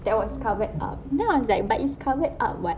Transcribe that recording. that was covered up then I was like but it's covered up [what]